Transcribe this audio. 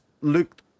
looked